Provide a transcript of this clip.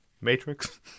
Matrix